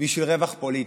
בשביל רווח פוליטי.